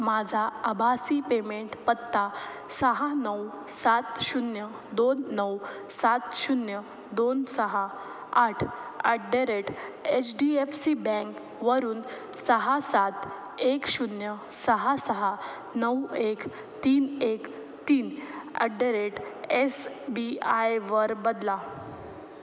माझा अभासी पेमेंट पत्ता सहा नऊ सात शून्य दोन नऊ सात शून्य दोन सहा आठ at the rate H D F C बँकवरून सहा सात एक शून्य सहा सहा नऊ एक तीन एक तीन at the rate S B आयवर बदला